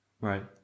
Right